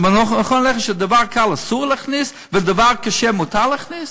זה נכון בעיניך שדבר קל אסור להכניס ודבר קשה מותר להכניס?